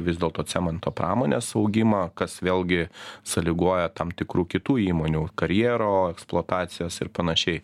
vis dėlto cemento pramonės augimą kas vėlgi sąlygoja tam tikrų kitų įmonių karjero eksploatacijos ir panašiai